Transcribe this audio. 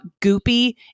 goopy